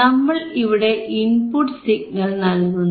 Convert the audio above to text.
നമ്മൾ ഇവിടെ input signal നൽകുന്നു